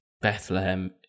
Bethlehem